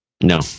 No